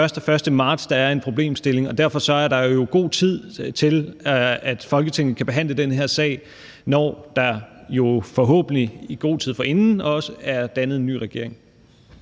1. marts, at der er en problemstilling, og derfor er der jo god tid til, at Folketinget kan behandle den her sag, når der forhåbentlig i god tid forinden også er dannet en ny regering.